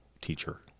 teacher